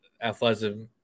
athleticism